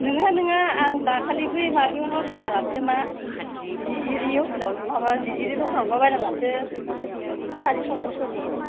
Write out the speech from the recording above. नङा नङा आं दाखालि बै माबायावनो बायना लाबोदों मा जिजिरि ह'टेलाव माबा जिजिरि दखानावनोबा बायना लाबोदो सारायसत्रस'नि